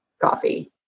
coffee